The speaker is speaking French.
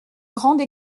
grande